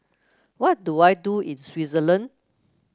what do I do is Switzerland